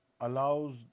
allows